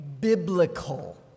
biblical